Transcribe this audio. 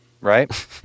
right